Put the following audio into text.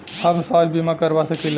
हम स्वास्थ्य बीमा करवा सकी ला?